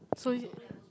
so